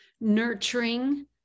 nurturing